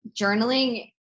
journaling